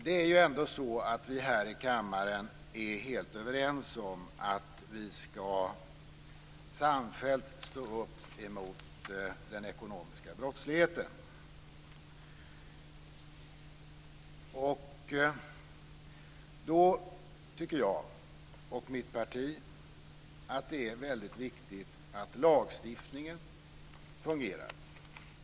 Det är ju ändå så att vi här i kammaren är helt överens om att samfällt stå upp mot den ekonomiska brottsligheten. Då tycker jag och mitt parti att det är väldigt viktigt att lagstiftningen fungerar.